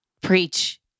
preach